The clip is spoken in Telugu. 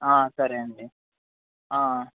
సరే అండీ